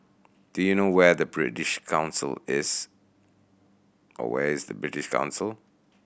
do you know where the British Council is where is British Council